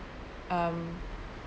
um